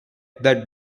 that